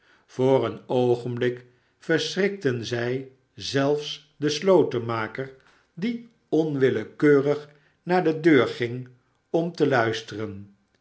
voor een oogenblik verschrikten zij zelfs den slotenmaker die onwillekeurig naar de deur ging om te luisteren